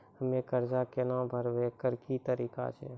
हम्मय कर्जा केना भरबै, एकरऽ की तरीका छै?